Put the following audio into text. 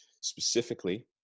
Specifically